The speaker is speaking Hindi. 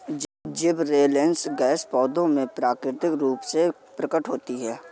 जिबरेलिन्स गैस पौधों में प्राकृतिक रूप से प्रकट होती है